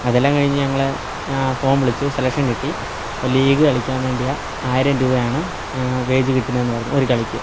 അതെല്ലാം കഴിഞ്ഞ് ഞങ്ങളെ ഫോൺ വിളിച്ചു സെലക്ഷൻ കിട്ടി ഒരു ലീഗ് കളിക്കാൻ വേണ്ടിയാണ് ആയിരം രൂപയാണ് വേജ് കിട്ടുന്നതെന്ന് പറഞ്ഞു ഒരു കളിക്ക്